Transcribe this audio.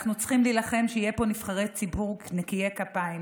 חברת כנסת